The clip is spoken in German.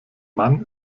mann